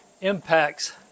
impacts